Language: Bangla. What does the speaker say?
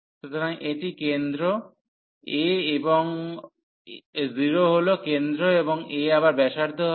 সুতরাং এটি কেন্দ্র a এবং 0 হল কেন্দ্র এবং a আবার ব্যাসার্ধ হবে